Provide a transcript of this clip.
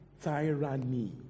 tyranny